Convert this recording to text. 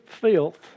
filth